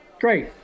great